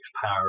power